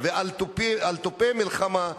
ועל תופי מלחמה,